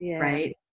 right